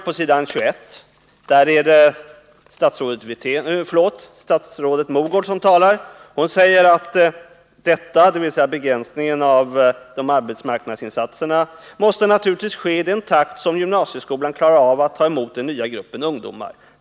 På s. 21 i propositionen säger statsrådet Mogård: ”Detta” — dvs. begränsningen av de arbetsmarknadspolitiska insatserna — ”måste naturligtvis ske i den takt som gymnasieskolan klarar av att ta emot den nya gruppen av ungdomar.